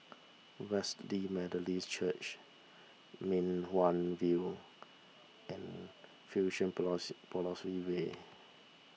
Wesley Methodist Church Mei Hwan View and Fusionopolis way Way